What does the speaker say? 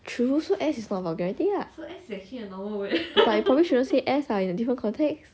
true so ass is not a vulgarity lah but you probably shouldn't say ass ah in a different context